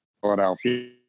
Philadelphia